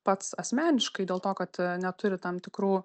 pats asmeniškai dėl to kad neturi tam tikrų